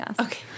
okay